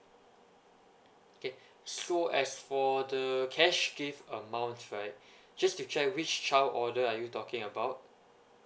okay so as for the cash gift amount right just to check which child order are you talking about